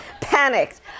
panicked